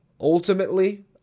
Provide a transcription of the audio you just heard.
Ultimately